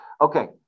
Okay